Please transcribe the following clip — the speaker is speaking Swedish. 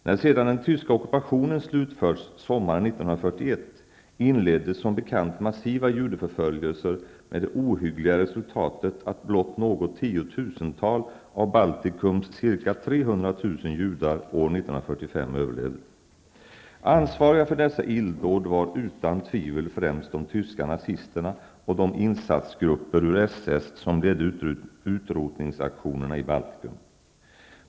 När sedan den tyska ockupationen slutförts sommaren 1941, inleddes som bekant massiva judeförföljelser med det ohyggliga resultatet att blott något tiotusental av Baltikums ca 300 000 judar år 1945 överlevde. Ansvariga för dessa illdåd var utan tvivel främst de tyska nazisterna och de insatsgrupper ur SS som ledde utrotningsaktionerna i Baltikum.